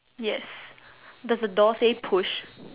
yes does the door say push